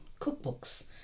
cookbooks